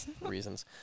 Reasons